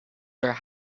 their